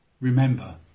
Remember